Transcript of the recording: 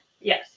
Yes